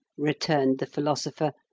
returned the philosopher,